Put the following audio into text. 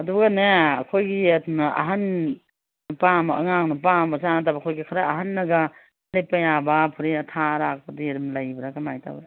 ꯑꯗꯨꯒꯅꯦ ꯑꯩꯈꯣꯏꯒꯤ ꯑꯍꯟ ꯅꯨꯄꯥ ꯑꯃ ꯑꯉꯥꯡ ꯅꯨꯄꯥ ꯃꯆꯥ ꯅꯠꯇꯕ ꯑꯩꯈꯣꯏꯒꯤ ꯈꯔ ꯑꯍꯟꯅꯒ ꯁꯦꯠꯄ ꯌꯥꯕ ꯐꯨꯔꯤꯠ ꯑꯊꯥ ꯑꯔꯥꯛ ꯍꯨꯗꯤ ꯑꯗꯨꯝ ꯂꯩꯕ꯭ꯔꯥ ꯀꯃꯥꯏꯅ ꯇꯧꯏ